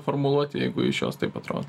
formuluotė jeigu iš jos taip atrodo